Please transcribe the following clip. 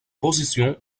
positions